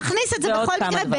נכניס את זה בכל מקרה.